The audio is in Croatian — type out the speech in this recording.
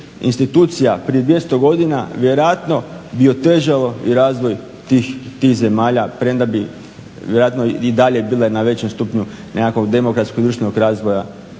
institucija prije 200 godina vjerojatno bi otežalo i razvoj tih zemalja premda bi vjerojatno i dalje bile na većem stupnju nekakvog demokratskog društvenog razvoja